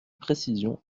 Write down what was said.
précisions